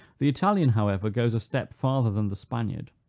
the italian, however, goes a step farther than the spaniard.